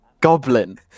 Goblin